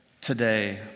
today